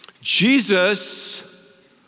Jesus